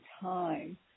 time